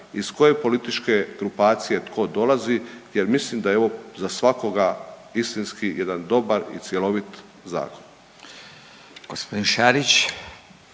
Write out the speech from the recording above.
iz koje političke grupacije tko dolazi jer mislim da je ovo za svakoga istinski jedan dobar i cjelovit zakon.